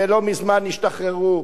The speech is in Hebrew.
ולא מזמן השתחררו.